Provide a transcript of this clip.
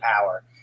power